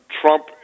Trump